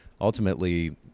ultimately